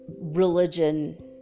religion